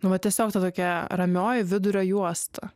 nu vat tiesiog ta tokia ramioji vidurio juosta